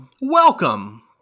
welcome